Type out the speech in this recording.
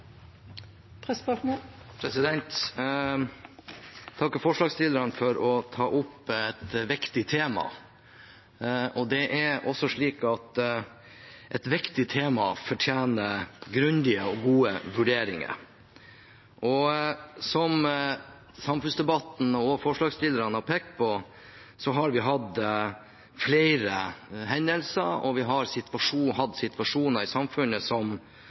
Jeg vil takke forslagsstillerne for å ta opp et viktig tema. Det er også slik at et viktig tema fortjener grundige og gode vurderinger. Som samfunnsdebatten har vist og forslagstillerne har pekt på, har vi hatt flere hendelser, og vi har hatt situasjoner i samfunnet som